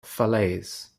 falaise